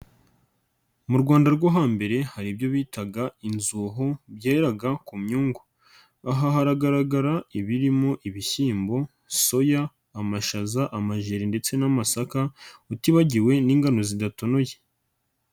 Mu Rwanda rwo hambere hari ibyo bitaga inzuho byeraga ku myungu, aha haragaragara ibirimo ibishyimbo, soya, amashaza, amajeri ndetse n'amasaka utibagiwe n'ingano zidatonoye.